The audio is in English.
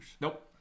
Nope